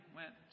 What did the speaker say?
went